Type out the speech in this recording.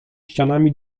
ścianami